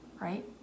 right